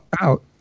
out